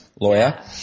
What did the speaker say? Lawyer